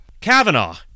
Kavanaugh